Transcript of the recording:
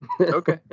Okay